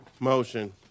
Motion